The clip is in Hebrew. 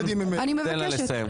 תן לה לסיים.